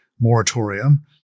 moratorium